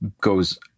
goes